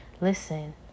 listen